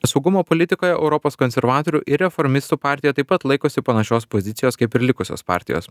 saugumo politikoje europos konservatorių ir reformistų partija taip pat laikosi panašios pozicijos kaip ir likusios partijos